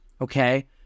okay